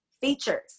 features